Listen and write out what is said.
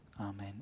Amen